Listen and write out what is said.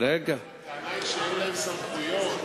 הטענה היא שאין להם סמכויות,